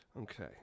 Okay